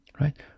right